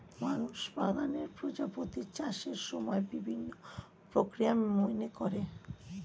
মানুষ বাগানে প্রজাপতির চাষের সময় বিভিন্ন প্রক্রিয়া মেনে করে